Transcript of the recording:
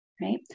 right